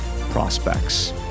prospects